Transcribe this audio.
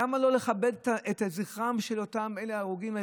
למה לא לכבד את זכרם של אותם הרוגים?